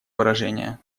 выражения